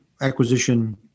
acquisition